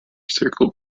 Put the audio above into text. circle